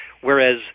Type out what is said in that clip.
whereas